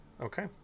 Okay